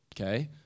Okay